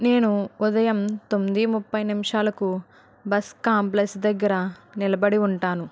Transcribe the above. నేను ఉదయం తొమ్మిది ముప్పై నిమిషాలకు బస్ కాంప్లెక్స్ దగ్గర నిలబడి ఉంటాను